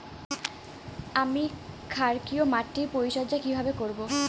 আমি ক্ষারকীয় মাটির পরিচর্যা কিভাবে করব?